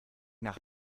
nach